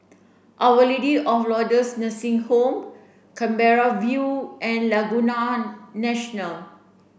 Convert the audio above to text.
our Lady of Lourdes Nursing Home Canberra View and Laguna National